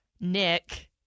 Nick